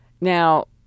Now